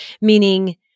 meaning